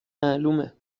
معلومه